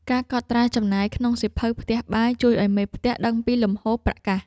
ការកត់ត្រាចំណាយក្នុងសៀវភៅផ្ទះបាយ ជួយឱ្យមេផ្ទះដឹងពីលំហូរប្រាក់កាស។